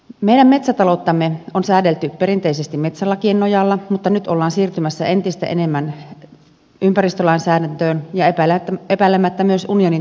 meidän metsätalouttamme on säädelty perinteisesti metsälakien nojalla mutta nyt ollaan siirtymässä entistä enemmän ympäristölainsäädäntöön ja epäilemättä myös unionin tasolle